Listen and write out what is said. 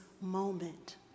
moment